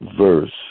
verse